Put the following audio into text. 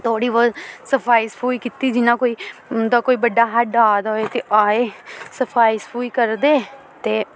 थोह्ड़ी बोह्त सफाई सफुई कीती जियां कोई उं'दा कोई बड्डा हैड आ दा होऐ ते आए सफाई सफूई करदे ते